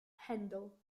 handle